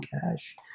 cash